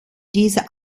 dieser